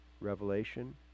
Revelation